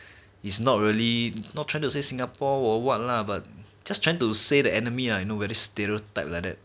is not really not trying to say singapore or what lah but just trying to say that enemy like nobody stereotype like that